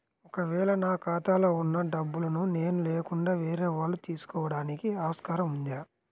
ఒక వేళ నా ఖాతాలో వున్న డబ్బులను నేను లేకుండా వేరే వాళ్ళు తీసుకోవడానికి ఆస్కారం ఉందా?